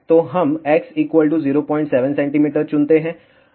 तो हम x 07 cm चुनते हैं